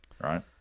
right